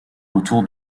autour